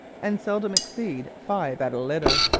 and seldom exceed five at a litter.